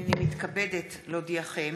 הינני מתכבדת להודיעכם,